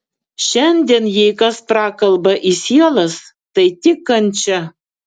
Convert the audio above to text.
šiandien jei kas prakalba į sielas tai tik kančia